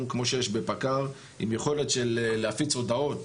כמו שיש בפק"ר עם יכולת של להפיץ הודעות